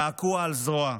קעקוע על זרוע,